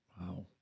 Wow